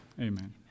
Amen